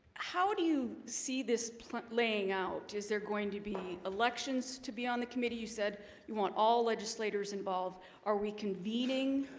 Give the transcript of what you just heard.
how do you see this playing out is there going to be? elections to be on the committee you said you want all legislators involved are we convening?